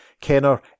Kenner